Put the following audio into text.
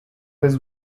his